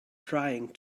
trying